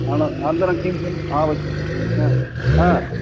अन अनन्तरं किं किम् आवश्यकं